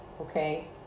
okay